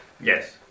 Yes